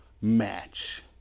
match